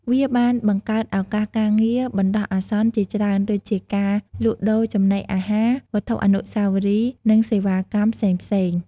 វាបានបង្កើតឱកាសការងារបណ្ដោះអាសន្នជាច្រើន ដូចជាការលក់ដូរចំណីអាហារ វត្ថុអនុស្សាវរីយ៍ និងសេវាកម្មផ្សេងៗ។